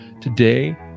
today